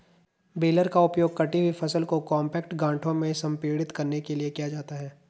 baler का उपयोग कटी हुई फसल को कॉम्पैक्ट गांठों में संपीड़ित करने के लिए किया जाता है